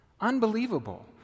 Unbelievable